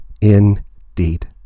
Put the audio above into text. indeed